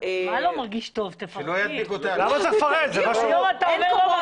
אנחנו חושבים שהשירות, הן בצד היעילות והן בצד